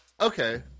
Okay